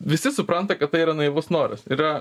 visi supranta kad tai yra naivus noras yra